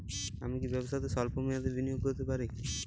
আমি কি ব্যবসাতে স্বল্প মেয়াদি বিনিয়োগ করতে পারি?